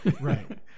right